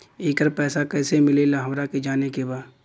येकर पैसा कैसे मिलेला हमरा के जाने के बा?